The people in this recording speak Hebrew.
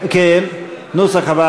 לכן נצביע